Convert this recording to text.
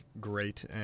great